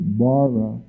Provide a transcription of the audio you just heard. bara